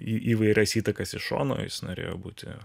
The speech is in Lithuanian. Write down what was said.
į įvairias įtakas iš šono jis norėjo būti